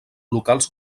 locals